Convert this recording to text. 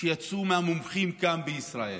שיצאו מהמומחים כאן בישראל.